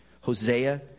Hosea